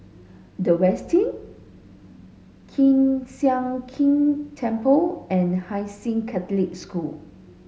The Westin Kiew Sian King Temple and Hai Sing Catholic School